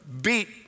beat